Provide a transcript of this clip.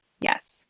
Yes